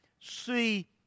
see